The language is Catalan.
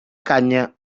canya